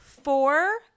Four